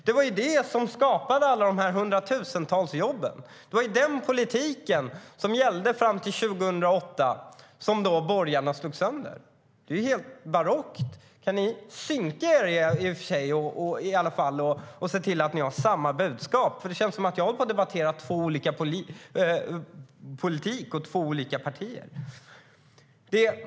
Den politiken skapade alla de hundratusentals jobben. Den gällde fram till 2008. Den slogs sönder av borgarna. Det låter ju helt barockt! Kan ni synka era åsikter och se till att ni har samma budskap? Nu känns det som att jag debatterar två olika partiers politik.